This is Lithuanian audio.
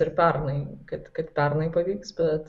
ir pernai kad kad pernai pavyks bet